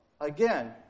Again